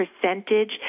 percentage